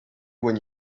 when